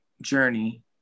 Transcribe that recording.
journey